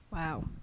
Wow